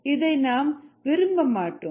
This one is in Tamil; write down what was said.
இதை நாம் விரும்ப மாட்டோம்